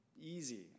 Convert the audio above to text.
easy